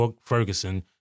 Ferguson